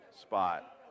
spot